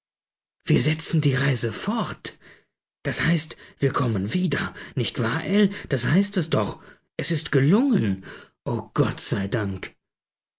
wir setzen die reise fort das heißt wir kommen wieder nicht wahr ell das heißt es doch es ist gelungen ogott sei dank